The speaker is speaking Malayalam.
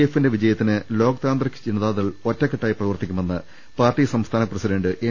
എഫിന്റെ വിജയത്തിന് ലോക് താന്ത്രിക് ജനതാദൾ ഒറ്റക്കെട്ടായി പ്രവർത്തിക്കുമെന്ന് പാർട്ടി സംസ്ഥാന പ്രസിഡന്റ് എം